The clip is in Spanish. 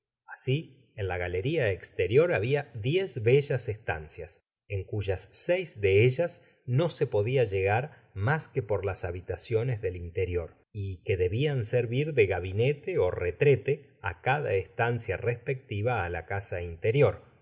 at en la galeria estertor habia diez bellas estancias en coyas seis de ellas no se podia llegar mas que por las habitaciones del interior y que debian servir de gabinete ó retre te á cada estancia respectiva á la casa interior